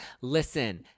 Listen